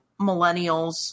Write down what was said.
millennials